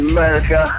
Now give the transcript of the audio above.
America